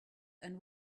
and